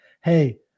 hey